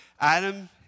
Adam